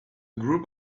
group